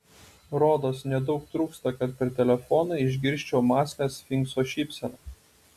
rodos nedaug trūksta kad per telefoną išgirsčiau mąslią sfinkso šypseną